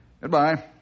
Goodbye